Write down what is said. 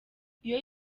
iyo